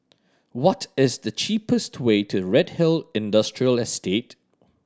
what is the cheapest way to Redhill Industrial Estate